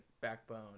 backbone